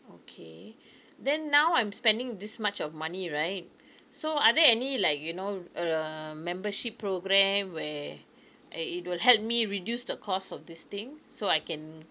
okay then now I'm spending this much of money right so are there any like you know a membership program where it it will help me reduce the cost of this thing so I can